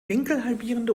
winkelhalbierende